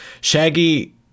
Shaggy